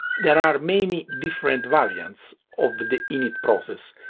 there are many different variants of the init process,